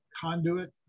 conduit